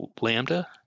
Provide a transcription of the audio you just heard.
lambda